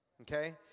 Okay